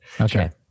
Okay